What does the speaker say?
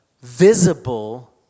visible